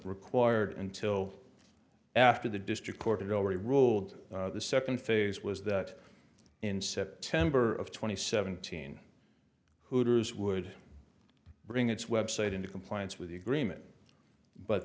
required until after the district court already ruled the second phase was that in september of two thousand and seventeen hooters would bring its website into compliance with the agreement but